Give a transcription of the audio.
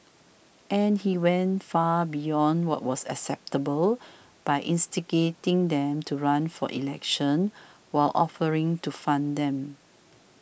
and he went far beyond what was acceptable by instigating them to run for elections while offering to fund them